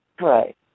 Right